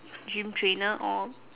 gym trainer or